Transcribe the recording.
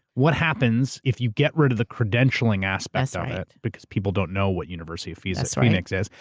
what happens if you get rid of the credentialing aspect of it, because people don't know what university of phoenix phoenix is.